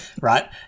right